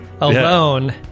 alone